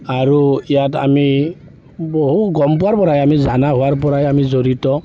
আৰু ইয়াত আমি বহু গম পোৱাৰ পৰাই আমি জনা হোৱাৰ পৰাই আমি জড়িত